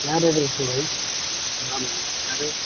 کیا ریٹ ہے اس کا بھائی بڑا مہنگا بتا رہے ہو